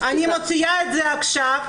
אני מוציאה את זה עכשיו.